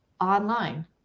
online